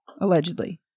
allegedly